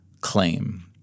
claim